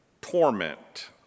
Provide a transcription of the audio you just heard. torment